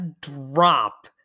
drop